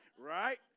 right